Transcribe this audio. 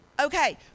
Okay